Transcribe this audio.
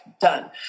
done